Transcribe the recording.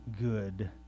good